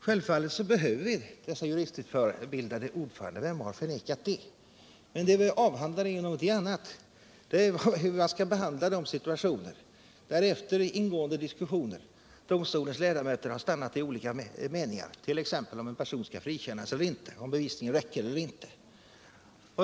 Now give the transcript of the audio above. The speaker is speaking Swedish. Självfallet behöver vi dessa juristutbildade ordförande. Vem har förnekat det? Men det vi nu avhandlar är någonting annat, nämligen hur man skall behandla de situationer där efter ingående diskussioner domstolens ledamöter har stannat i olika meningar, t.ex. om en person skall frikännas eller inte, om bevisningen räcker eller inte.